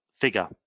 figure